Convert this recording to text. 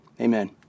Amen